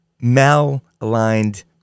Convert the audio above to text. mal-aligned